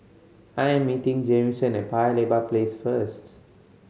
I am meeting Jamison at Paya Lebar Place first